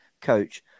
coach